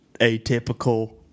atypical